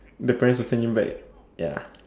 the parents will send you back ya